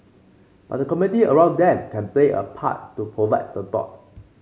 but the community around them can play a part to provide support